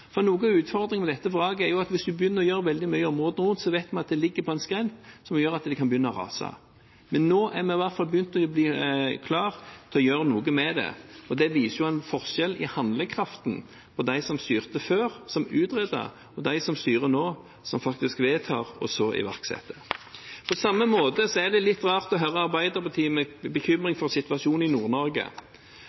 med dette vraket er at hvis vi begynner å gjøre veldig mye i områdene rundt, kan det begynne å rase, for vi vet at det ligger på en skrent. Men nå er vi i hvert fall begynt å bli klare til å gjøre noe med det, og det viser jo en forskjell i handlekraften til dem som styrte før, som utredet, og dem som styrer nå, som faktisk vedtar, og så iverksetter. På samme måte er det litt rart å høre Arbeiderpartiet ha bekymring for situasjonen i